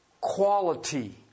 quality